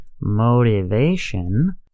motivation